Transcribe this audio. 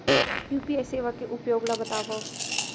UPI सेवा के उपयोग ल बतावव?